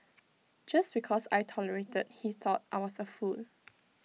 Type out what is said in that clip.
just because I tolerated he thought I was A fool